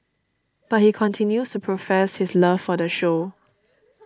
but he continues to profess his love for the show